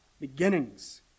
Beginnings